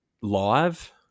live